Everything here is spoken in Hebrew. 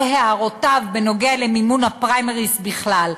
או הערותיו בנוגע למימון הפריימריז בכלל.